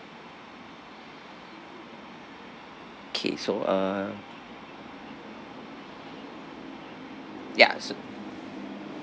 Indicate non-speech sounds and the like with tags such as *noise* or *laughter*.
*breath* okay so uh ya so